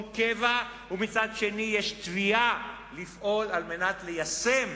קבע ומצד שני יש תביעה לפעול על מנת ליישם